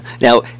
now